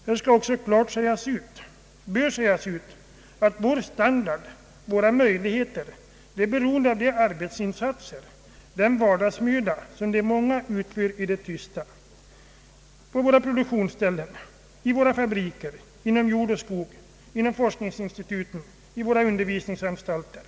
Här bör också klart framhållas att vår standard och våra möjligheter att leva är beroende av de arbetsinsatser, den vardagsmöda, som de många utför i det tysta på våra produktionsställen, i våra fabriker, inom jord och skog, inom forskningsinstituten och i våra undervisningsanstalter.